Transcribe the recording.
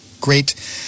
great